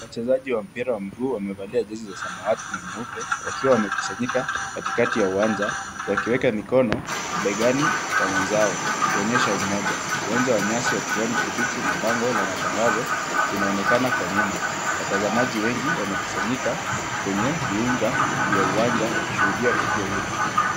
Wachezaji wa mpira wa mguu wamevalia jezi za samawati na nyeupe wakiwa wamekusanyika katikati ya uwanja wakiweka mikono begani wa wenzao kuonyesha umoja. Uwanja wa nyasi wa kijani kibichi na bango la matangazo inaonekana kwa nyuma. Watazamaji wengi wamekusanyika kwenye viunga vya uwanja wakishuhudia tukio hilo.